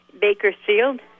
Bakersfield